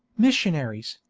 missionaries,